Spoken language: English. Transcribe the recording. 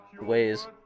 ways